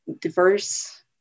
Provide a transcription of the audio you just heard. diverse